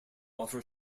offer